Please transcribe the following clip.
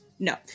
No